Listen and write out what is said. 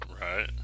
right